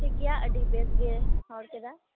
ᱴᱷᱤᱠ ᱜᱮᱭᱟ ᱟᱹᱰᱤ ᱵᱮᱥ ᱜᱮ ᱨᱚᱲ ᱠᱮᱫᱟ